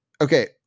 Okay